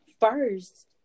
first